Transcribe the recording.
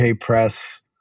press